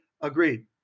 agreed